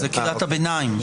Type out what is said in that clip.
זאת קריאת הביניים.